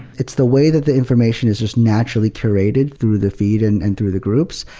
it's the way that the information is just naturally curated through the feed and and through the groups,